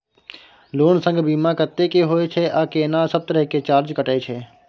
Loan संग बीमा कत्ते के होय छै आ केना सब तरह के चार्ज कटै छै?